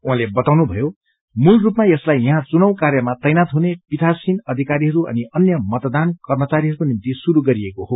उहाँले बताउनुभयो िकमूल रूपमा यसलाई यहाँ चुनाव कार्यमा तैनात हुने पीठासीन अधिकारीहरू अनि अन्य मतदान कर्मचारीहरूको निम्ति शुरू गरिएको हो